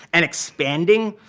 and expanding.